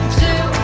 two